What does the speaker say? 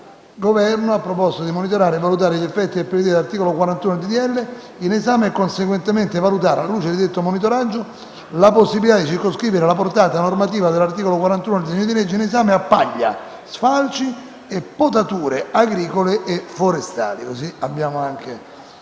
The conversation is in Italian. il Governoa monitorare e valutare gli effetti applicativi dell’articolo 41 del disegno di legge in esame, e conseguentemente valutare, alla luce di detto monitoraggio, la possibilità di circoscrivere la portata normativa dell’articolo 41 del disegno di legge in esame a paglia, sfalci e potature agricole e forestali.